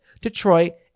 Detroit